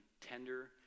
tender